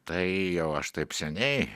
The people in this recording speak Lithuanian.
tai jau aš taip seniai